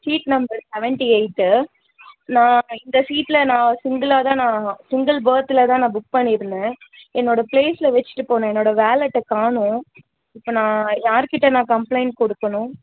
seat number seventy eight நான் இந்த சீட்டில் நான் சிங்குளாக தான் நான் சிங்குள் பெர்த்தில் தான் நான் புக் பண்ணியிருந்தேன் என்னோடய பிளேஸ்சில் வெச்சுட்டு போன என்னோடய வேலட்டை காணோம் இப்போ நான் யார் கிட்டே நான் கம்ப்ளைன்ட் கொடுக்கணும்